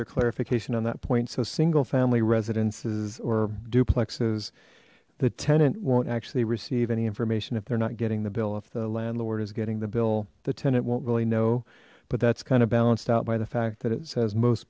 further clarification on that point so single family residences or duplexes the tenant won't actually receive any information if they're not getting the bill if the landlord is getting the bill the tenant won't really know but that's kind of balanced out by the fact that it says most